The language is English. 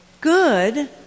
good